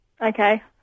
okay